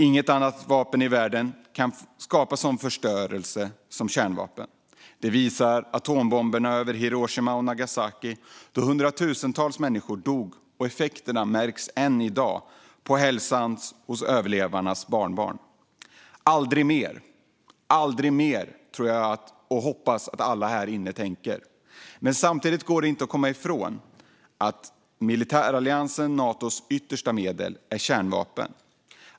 Inget annat vapen i världen kan skapa sådan förstörelse som kärnvapen. Det visar atombomberna över Hiroshima och Nagasaki. Hundratusentals människor dog, och effekterna märks än i dag på hälsan hos överlevarnas barnbarn. Aldrig mer, tror jag och hoppas att alla här inne tänker. Samtidigt går det inte att komma ifrån att militäralliansen Natos yttersta medel är kärnvapen.